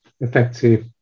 effective